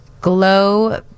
Glow